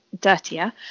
dirtier